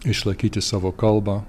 išlaikyti savo kalbą